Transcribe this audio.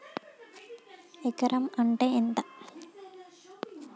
ఎకరం అంటే ఎంత?